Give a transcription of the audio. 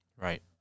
Right